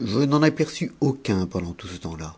je n'en aperçus aucun pendant tout ce tcmps ta